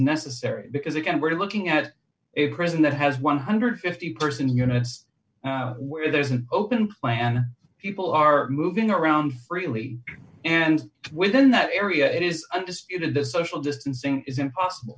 necessary because again we're looking at a prison that has one hundred and fifty person units where there's an open plan people are moving around freely and within that area it is undisputed the social distancing is impossible